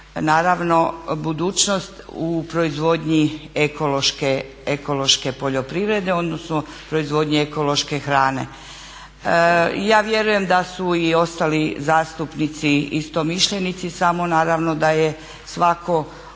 naravno budućnost u proizvodnji ekološke poljoprivrede, odnosno proizvodnji ekološke hrane. Ja vjerujem da su i ostali zastupnici istomišljenici, samo naravno da je svatko uzeo